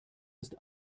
ist